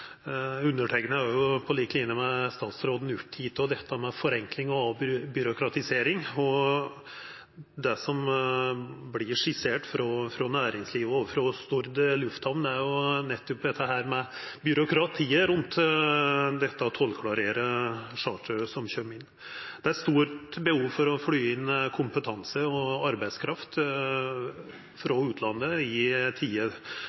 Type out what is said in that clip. Det som vert skissert frå næringslivet og frå Stord lufthavn, er nettopp byråkratiet rundt dette med å tollklarere chartra fly som kjem inn. Det er til tider stort behov for å fly inn kompetanse og arbeidskraft frå